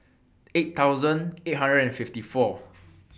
eight thousand eight hundred and fifty four